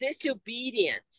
disobedient